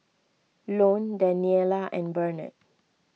Lone Daniella and Barnard